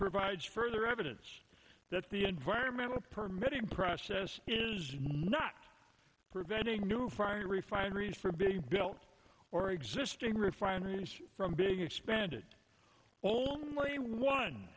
provides further evidence that the environmental permitting process is not preventing new fire refineries for being built or existing refineries from being expanded only one